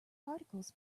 particles